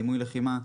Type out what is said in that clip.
דימוי לחימה,